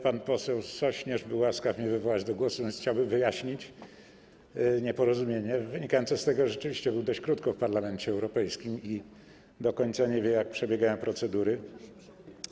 Pan poseł Sośnierz był łaskaw mnie wywołać do głosu, więc chciałbym wyjaśnić nieporozumienie wynikające z tego, że rzeczywiście był dość krótko w Parlamencie Europejskim i do końca nie wie, jak przebiegają procedury.